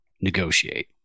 negotiate